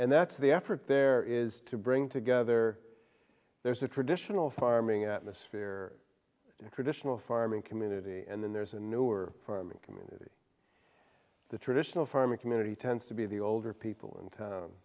and that's the effort there is to bring together there's a traditional farming atmosphere a traditional farming community and then there's a newer farming community the traditional farming community tends to be the older people in town